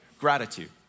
Gratitude